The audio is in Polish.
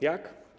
Jak?